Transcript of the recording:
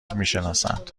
میشناسند